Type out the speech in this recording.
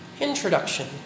Introduction